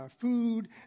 food